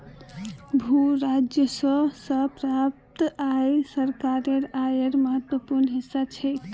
भू राजस्व स प्राप्त आय सरकारेर आयेर महत्वपूर्ण हिस्सा छेक